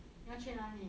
你要去哪里